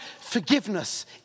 forgiveness